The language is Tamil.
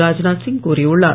ராஜ்நாத் சிங் கூறியுள்ளார்